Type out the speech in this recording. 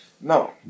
No